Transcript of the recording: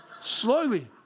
Slowly